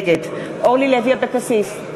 נגד אורלי לוי אבקסיס,